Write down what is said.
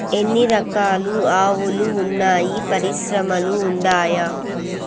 ఎన్ని రకాలు ఆవులు వున్నాయి పరిశ్రమలు ఉండాయా?